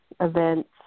events